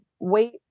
wait